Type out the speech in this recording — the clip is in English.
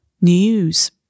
news